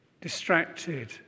distracted